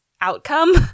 outcome